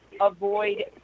avoid